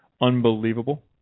Unbelievable